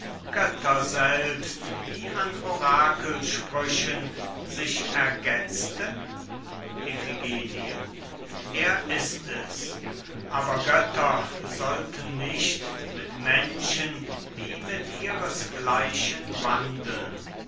götter selbst wie an orakelsprüchen sich ergetzten iphigenie er ist es aber götter sollten nicht mit menschen wie mit ihres gleichen wandeln